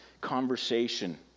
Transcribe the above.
conversation